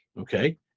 okay